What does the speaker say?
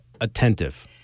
attentive